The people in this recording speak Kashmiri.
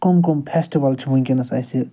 کٕم کٕم فیٚسٹِول چھِ وُنٛکیٚس اسہِ